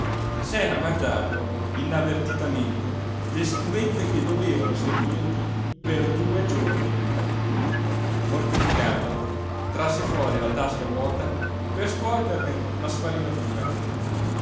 s'era mangiato inavvertitamente le schiumette che dovevano servirgli per due giorni mortificato trasse fuori la tasca vuota per scuoterne la